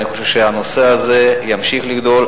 אני חושב שהנושא הזה ימשיך לגדול.